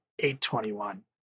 821